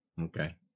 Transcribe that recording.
okay